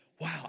wow